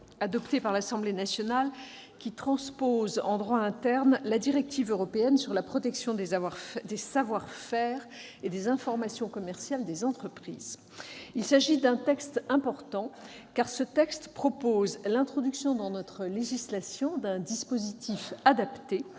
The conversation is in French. adoptée par l'Assemblée nationale qui transpose en droit interne la directive européenne sur la protection des savoir-faire et des informations commerciales des entreprises. Il s'agit d'un texte important, car il propose l'introduction dans notre législation d'un dispositif adapté